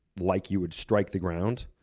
like you would strike the ground.